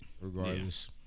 regardless